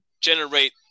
generate